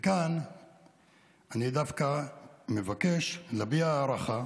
כאן אני מבקש להביע הערכה